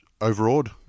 overawed